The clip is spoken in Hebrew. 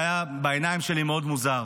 שהיה בעיניים שלי מאוד מוזר: